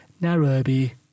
Nairobi